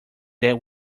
dad